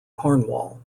cornwall